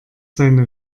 seine